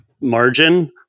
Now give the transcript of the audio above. margin